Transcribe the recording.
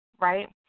right